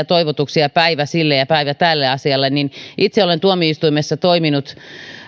toivomuksia päivästä sille ja päivästä tälle asialle itse olen tuomioistuimessa toiminut